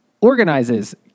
organizes